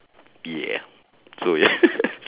yeah so yeah